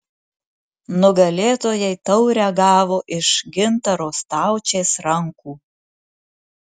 nugalėtojai taurę gavo iš gintaro staučės rankų